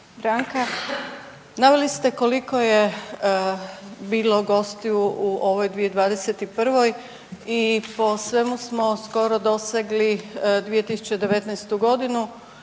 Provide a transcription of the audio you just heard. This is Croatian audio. Branka naveli ste koliko je bilo gostiju u ovoj 2021. i po svemu smo skoro dosegli 2019. godinu